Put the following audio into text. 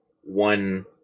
one